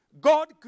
God